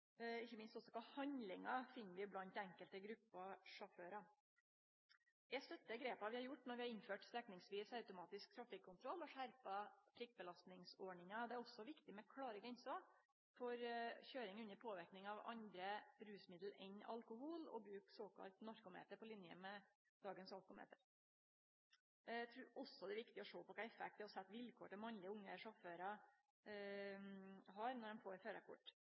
ikkje minst kva handlingar vi finn blant enkelte grupper sjåførar. Eg stør grepa vi har gjort når vi har innført strekningsvis automatisk trafikkontroll og skjerpa prikkbelastningsordninga. Det er òg viktig med klåre grenser for køyring under påverknad av andre rusmiddel enn alkohol og å bruke såkalla narkometer på line med dagens alkometer. Eg trur også det er viktig å sjå på kva effekt det har å stille vilkår til mannlege unge sjåførar når dei får førarkort.